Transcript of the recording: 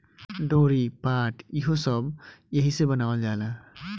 डोरी, पाट ई हो सब एहिसे बनावल जाला